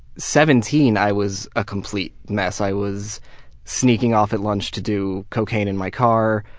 seventeen i was a complete mess. i was sneaking off at lunch to do cocaine in my car,